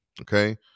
okay